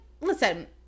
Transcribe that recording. Listen